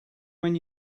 when